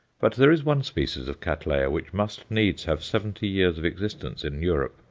but there is one species of cattleya which must needs have seventy years of existence in europe,